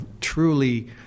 truly